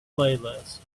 playlist